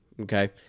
Okay